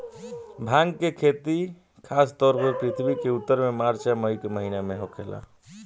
भांग के खेती खासतौर पर पृथ्वी के उत्तर में मार्च आ मई के महीना में होखेला